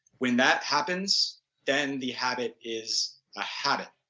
when that happens then the habit is a habit.